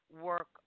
work